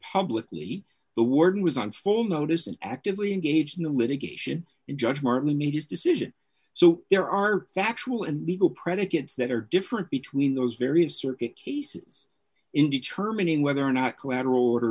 publicly the warden was on full notice and actively engaged in the litigation in judge martin made his decision so there are factual and legal predicates that are different between those various circuit cases in determining whether or not collateral order